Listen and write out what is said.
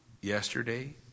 Yesterday